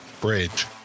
Bridge